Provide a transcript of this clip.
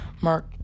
Mark